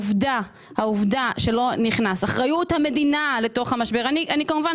העובדה שלא נכנסה אחריות המדינה למשבר אני כמובן